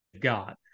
got